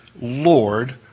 Lord